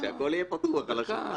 יהיה פתוח על השולחן.